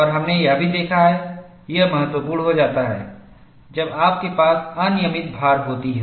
और हमने यह भी देखा है यह महत्वपूर्ण हो जाता है जब आपके पास अनियमित भार होती है